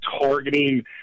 targeting